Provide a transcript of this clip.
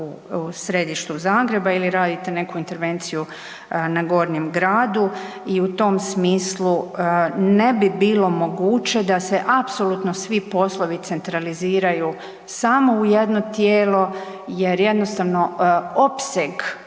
u središtu Zagreba ili radite neku intervenciju na Gornjem gradu i u tom smislu ne bi bilo moguće da se apsolutno svi poslovi centraliziraju samo u jedno tijelo jer jednostavno opseg